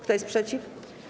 Kto jest przeciw?